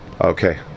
Okay